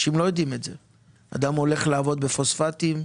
כשאדם הולך לעבוד בפוספטים,